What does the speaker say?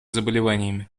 заболеваниями